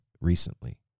recently